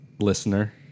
listener